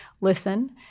listen